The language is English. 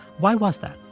why was that?